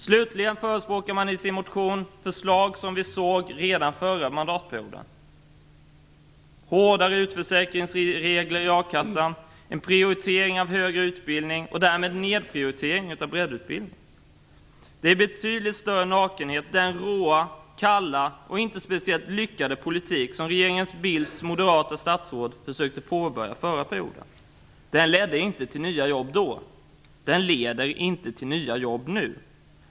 Slutligen förespråkar man i sin motion förslag som vi såg redan förra mandatperioden. Det är hårdare utförsäkringsregler i a-kassan och en prioritering av högre utbildning och därmed nerprioritering av breddutbildningen. Det är, i betydligt större nakenhet, den råa, kalla och inte speciellt lyckade politik som regeringen Bildts moderata statsråd försökte påbörja förra perioden. Den ledde inte till nya jobb då. Den leder inte till nya jobb nu.